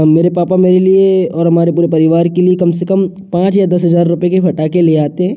मेरे पापा मेरे लिए और हमारे पूरे परिवार के लिए कम से कम पाँच या दस हजार रुपये के फटाके ले आते हैं